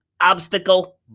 obstacle